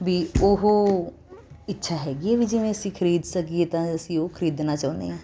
ਵੀ ਉਹ ਇੱਛਾ ਹੈਗੀ ਐ ਵੀ ਜਿਵੇਂ ਅਸੀਂ ਖਰੀਦ ਸਕੀਏ ਤਾਂ ਅਸੀਂ ਉਹ ਖਰੀਦਨਾ ਚਾਹੁਨੇ ਆਂ